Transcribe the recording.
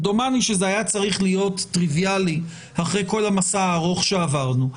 דומני שזה היה צריך להיות טריביאלי אחרי כל המסע הארוך שעברנו.